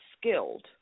skilled